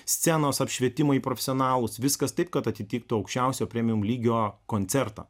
scenos apšvietimui profesionalūs viskas taip kad atitiktų aukščiausio premium lygio koncerto